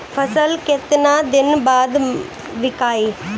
फसल केतना दिन बाद विकाई?